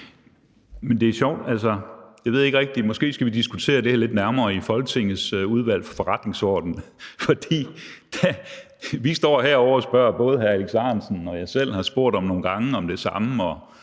Skaarup (DF): Altså, jeg ved ikke rigtig, men måske skal vi diskutere det her lidt nærmere i Folketingets Udvalg for Forretningsordenen, for vi står herovre og spørger, både hr. Alex Ahrendtsen og jeg selv, om det samme nogle gange, og